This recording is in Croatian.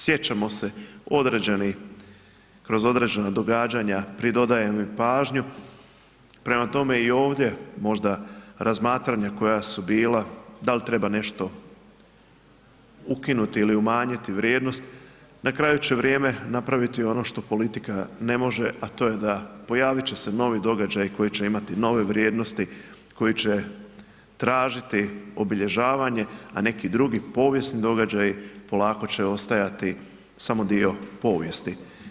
Sjećamo se kroz određena događanja, pridodajemo im pažnju, prema tome i ovdje možda razmatranja koja su bila dal treba nešto ukinuti ili umanjiti vrijednost na kraju će vrijeme napraviti ono što politika ne može, a to je da će se pojaviti novi događaj koji će imati nove vrijednosti, koji će tražiti obilježavanje, a neki drugi povijesni događaji polako će ostajati samo dio povijesti.